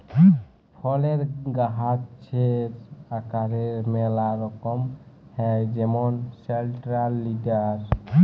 ফলের গাহাচের আকারের ম্যালা রকম হ্যয় যেমল সেলট্রাল লিডার